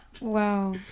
Wow